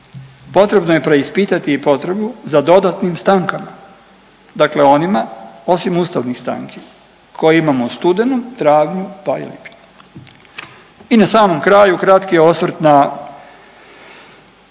Potrebno je preispitati i potrebu za dodatnim stankama. Dakle, onima osim ustavnih stanki koje imamo u studenom, travnju pa i u lipnju. I na samom kraju kratki osvrt na